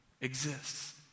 exists